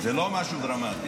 זה לא משהו דרמטי.